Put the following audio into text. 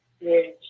Yes